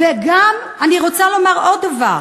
וגם, אני רוצה לומר עוד דבר.